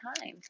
time